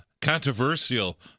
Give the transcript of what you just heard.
controversial